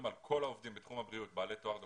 על כל העובדים בתחום הבריאות בעלי תואר דוקטורט.